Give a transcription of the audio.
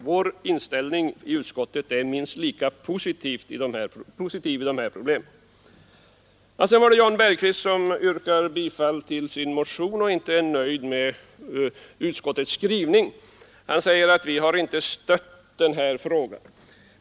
Vår inställning i utskottet är minst lika positiv till de här problemen. Jan Bergqvist yrkar bifall till sin motion och är inte nöjd med utskottets skrivning. Han säger att vi har inte stött den här frågan.